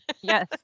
Yes